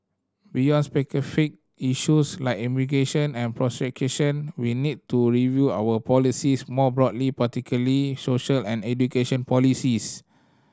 beyond specific issues like immigration and procreation we need to review our policies more broadly particularly social and education policies